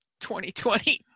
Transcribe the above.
2020